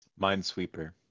Minesweeper